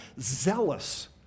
zealous